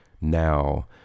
now